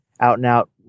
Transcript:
out-and-out